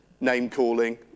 name-calling